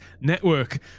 network